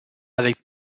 avec